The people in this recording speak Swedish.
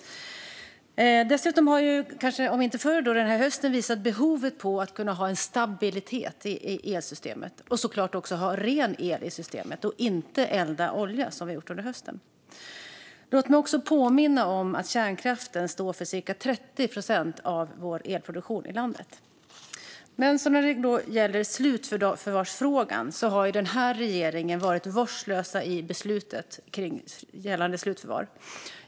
Dessutom har det denna höst, om inte förr, visats på behovet av att kunna ha en stabilitet i elsystemet och såklart att ha ren el i systemet och inte elda olja, som vi har gjort under hösten. Låt mig också påminna om att kärnkraften står för cirka 30 procent av elproduktionen i landet. När det gäller slutförvarsfrågan har den här regeringen varit vårdslös i fråga om beslutet om slutförvar.